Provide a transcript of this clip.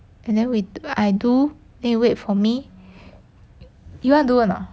and then we I do then you wait for me you want do or not